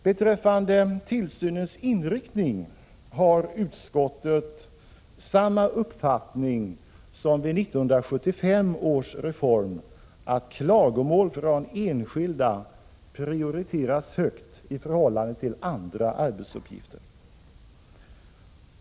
Beträffande tillsynens inriktning har utskottet samma uppfattning som vid 1975 års reform, att klagomål från enskilda prioriteras högt i förhållande till andra arbetsuppgifter.